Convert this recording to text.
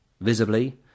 visibly